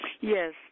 Yes